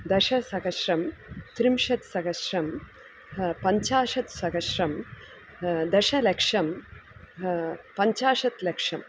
दशसहस्रं त्रिंशत्सहस्रं पञ्चाशत्सहस्रं दशलक्षं पञ्चाशत् लक्षं